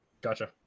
Gotcha